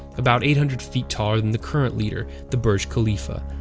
about eight hundred feet taller than the current leader, the burj khalifa,